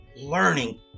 learning